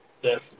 Yes